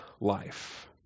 life